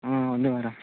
ఉంది మేడమ్